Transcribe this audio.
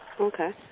Okay